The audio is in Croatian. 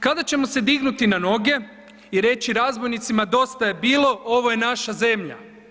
Kada ćemo se dignuti na noge i reći razbojnicima dosta je bilo, ovo je naša zemlja?